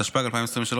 התשפ"ג 2023,